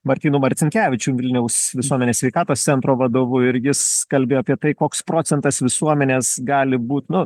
martynu marcinkevičium vilniaus visuomenės sveikatos centro vadovu ir jis kalbėjo apie tai koks procentas visuomenės gali būt nu